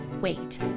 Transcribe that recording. wait